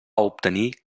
obtenir